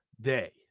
day